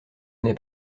n’est